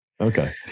Okay